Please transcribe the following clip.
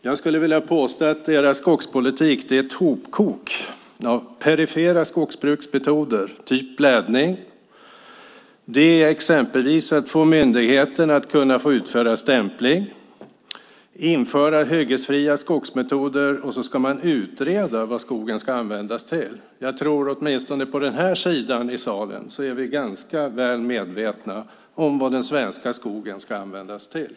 Jag skulle vilja påstå att er skogspolitik är ett hopkok av perifera skogsbruksmetoder, typ blädning, att exempelvis få myndigheten att utföra stämpling och införa hyggesfria skogsmetoder. Man vill också utreda vad skogen ska användas till. Jag tror att vi åtminstone på min sida i denna sal är ganska väl medvetna om vad den svenska skogen ska användas till.